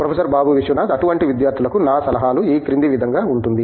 professor Babu Vishwanath అటువంటి విద్యార్థులకు నా సలహాలు ఈ క్రింది విధంగా ఉంటుంది